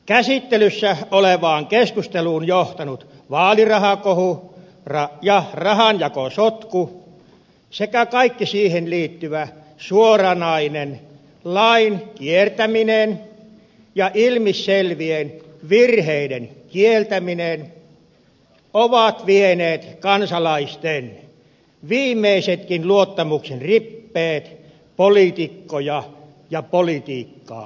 käsittelyssä olevaan keskusteluun johtanut vaalirahakohu ja rahanjakosotku sekä kaikki siihen liittyvä suoranainen lain kiertäminen ja ilmiselvien virheiden kieltäminen ovat vieneet kansalaisten viimeisetkin luottamuksen rippeet poliitikkoja ja politiikkaa kohtaan